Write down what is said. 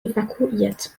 evakuiert